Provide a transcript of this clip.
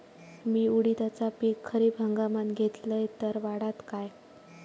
मी उडीदाचा पीक खरीप हंगामात घेतलय तर वाढात काय?